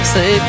Say